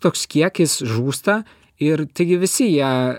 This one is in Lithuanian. toks kiekis žūsta ir taigi visi ją